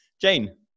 Jane